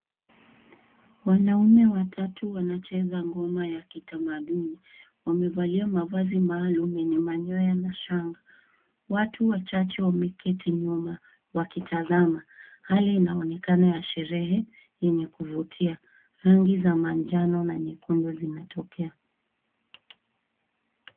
Wanaume watatu wanacheza ngoma ya kitamaduni. Wamevalia mavazi maalum yenye manyoya na shanga. Watu wachache wameketi nyuma, wakitazama. Hali inaonekana ya sherehe, yenye kuvutia. Rangi za manjano na nyekundu zinatokea.